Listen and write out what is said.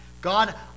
God